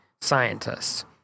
scientists